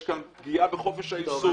יש כאן פגיעה בחופש העיסוק.